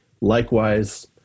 Likewise